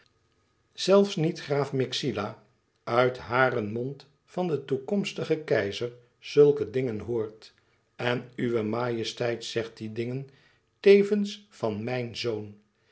zelfs niet graaf myxila uit haren mond van den toekomstigen keizer zulke dingen hoort en uwe majesteit zegt die dingen tevens van mijn zoon